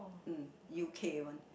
mm U_K one